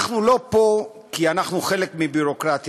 אנחנו לא פה כי אנחנו חלק מביורוקרטיה,